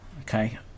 Okay